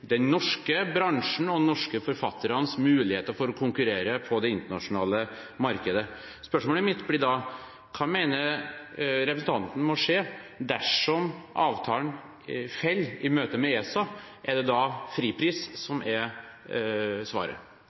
den norske bransjen og de norske forfatternes muligheter til å konkurrere på det internasjonale markedet. Spørsmålet mitt blir da: Hva mener representanten må skje dersom avtalen faller i møte med ESA? Er det da fripris som er svaret?